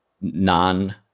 non